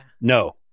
No